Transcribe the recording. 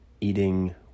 eating